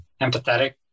empathetic